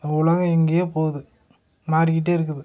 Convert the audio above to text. உலகம் எங்கேயோ போகுது மாறிக்கிட்டு இருக்குது